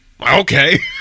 Okay